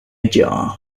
ajar